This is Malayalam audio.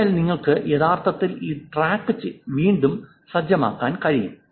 അതിനാൽ നിങ്ങൾക്ക് യഥാർത്ഥത്തിൽ ഈ ട്രാക്ക് വീണ്ടും സജ്ജമാക്കാൻ കഴിയും